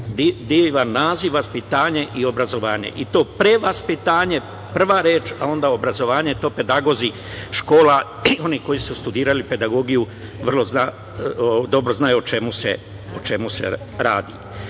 divan naziv – vaspitanje i obrazovanje, i to pre vaspitanje, prva reč, a onda obrazovanje, to pedagozi, škola, oni koji su studirali pedagogiju vrlo dobro znaju o čemu se